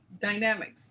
dynamics